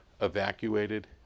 evacuated